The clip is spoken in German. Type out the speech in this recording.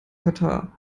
katar